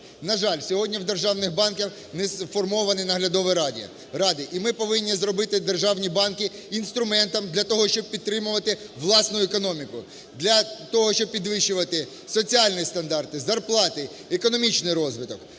На жаль, сьогодні в державних банках не сформовані наглядові ради, і ми повинні зробити державні банки інструментом для того, щоб підтримувати власну економіку, для того, щоб підвищувати соціальні стандарти, зарплати, економічний розвиток.